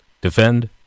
Defend